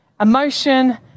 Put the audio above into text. emotion